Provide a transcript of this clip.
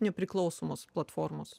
nepriklausomos platformos